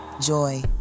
joy